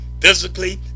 physically